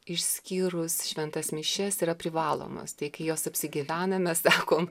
išskyrus šventas mišias yra privalomos tai kai jos apsigyvena mes sakom